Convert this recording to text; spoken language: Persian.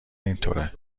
اینطوره